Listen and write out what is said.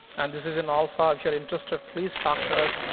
and this is in all five. if you're interested, please talk to us.